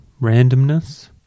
randomness